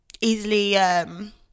easily